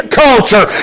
culture